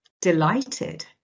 Delighted